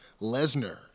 Lesnar